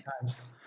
times